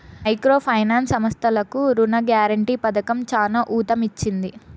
micro finance సంస్థలకు రుణ guarantee పథకం చానా ఊతమిచ్చింది